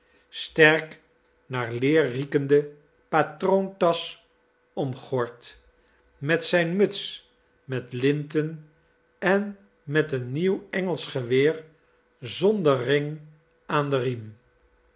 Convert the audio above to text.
sterk naar leer riekende patroontasch omgord met zijn muts met linten en met een nieuw engelsch geweer zonder ring aan den riem